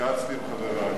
התייעצתי עם חברי.